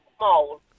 Mole